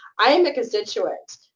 i am a constituent.